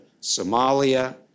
Somalia